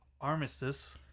armistice